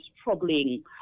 struggling